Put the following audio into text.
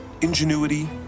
Ingenuity